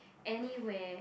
anywhere